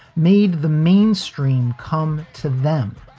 made the mainstream come to them,